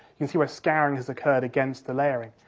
you can see where scouring has occurred against the layering.